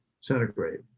centigrade